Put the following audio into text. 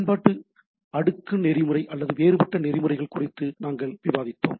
பயன்பாட்டு அடுக்கு நெறிமுறை அல்லது வேறுபட்ட நெறிமுறைகள் குறித்து நாங்கள் விவாதித்தோம்